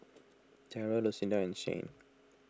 Darrell Lucinda and Shane